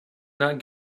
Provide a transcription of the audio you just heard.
not